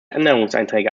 änderungsanträge